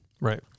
Right